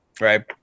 right